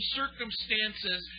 circumstances